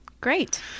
great